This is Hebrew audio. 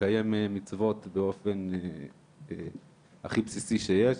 ולקיים מצוות באופן הכי בסיסי שיש.